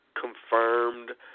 confirmed